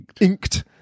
inked